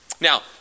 Now